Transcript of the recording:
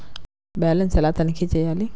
Balance ఎలా తనిఖీ చేయాలి?